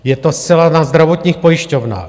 Je to zcela na zdravotních pojišťovnách.